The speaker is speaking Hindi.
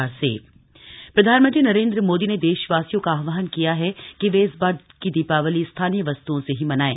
पीएम अपील प्रधानमंत्री नरेंद्र मोदी ने देशवासियों का आहवान किया है कि वे इस बार की दीपावली स्थानीय वस्तुओं से ही मनाएं